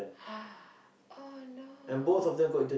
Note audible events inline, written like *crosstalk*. *noise* oh no